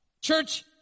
Church